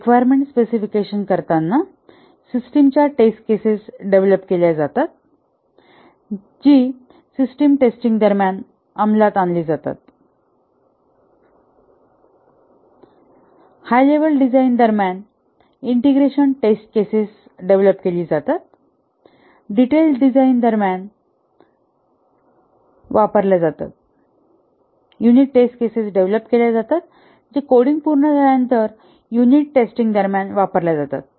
requirement specification करताना system च्या test cases develop केल्या जातात जी सिस्टम टेस्टिंग दरम्यान अंमलात आणली जातात हाय लेवल डिझाईन दरम्यान इंटिग्रेशन टेस्ट केसेस डेव्हलप केली जातात डीटेल डिझाईन दरम्यान युनिट टेस्ट केसेस डेव्हलप केल्या जातात जे कोडिंग पूर्ण झाल्यानंतर युनिट टेस्टिंग दरम्यान वापरल्या जातात